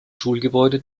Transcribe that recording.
schulgebäude